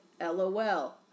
lol